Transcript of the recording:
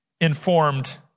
informed